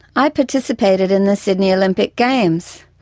i participated in the sydney olympic games.